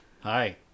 hi